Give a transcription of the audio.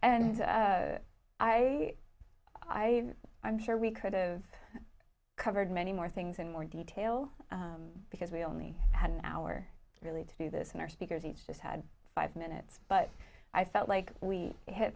and i i i'm sure we could've covered many more things in more detail because we only had an hour really to do this in our speakers each just had five minutes but i felt like we hit